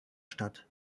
statt